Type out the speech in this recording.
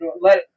Let